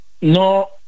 no